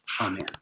Amen